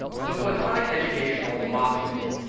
the platonic educational philosophy.